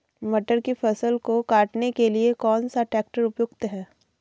मटर की फसल को काटने के लिए कौन सा ट्रैक्टर उपयुक्त है?